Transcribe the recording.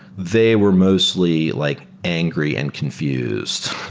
they were mostly like angry and confused.